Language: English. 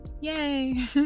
Yay